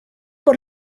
por